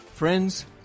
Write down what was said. Friends